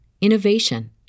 innovation